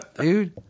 dude